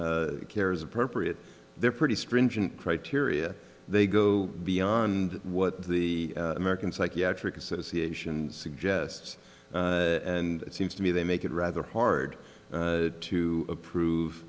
p care is appropriate they're pretty stringent criteria they go beyond what the american psychiatric association suggests and it seems to me they make it rather hard to approve